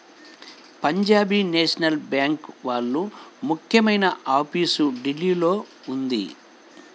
Punjab National Bank వాళ్ళ ముఖ్యమైన office ఢిల్లీలో ఉంది